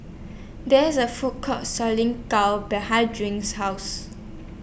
There IS A Food Court Selling Gao behind Drink's House